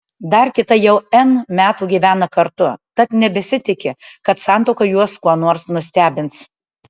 dar kita jau n metų gyvena kartu tad nebesitiki kad santuoka juos kuo nors nustebins